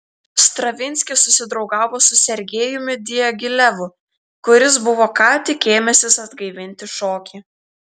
stravinskis susidraugavo su sergejumi diagilevu kuris buvo ką tik ėmęsis atgaivinti šokį